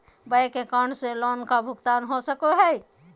Bank account से loan का भुगतान हो सको हई?